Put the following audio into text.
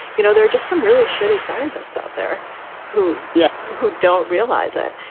you know, there are just some really shitty scientists out there who. yes. who don't realize it.